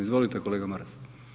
Izvolite kolega Maras.